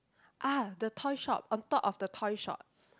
!ah! the toy shop on top of the toy shop